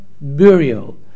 burial